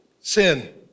sin